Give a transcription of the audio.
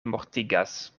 mortigas